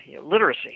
literacy